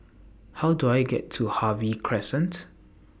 How Do I get to Harvey Crescent